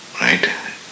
right